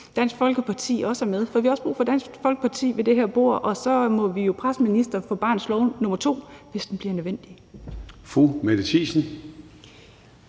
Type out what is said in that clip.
Dansk Folkeparti også er med, for vi har også brug for Dansk Folkeparti ved det her bord, og så må vi jo presse ministeren for barnets lov nr. 2, hvis den bliver nødvendig. Kl. 13:19 Formanden